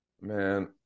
Man